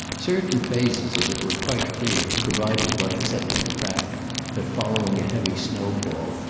certain phases of it were quite clear, provided one accepted the fact that, following a heavy snowfall,